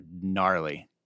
gnarly